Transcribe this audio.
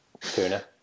tuna